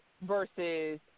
versus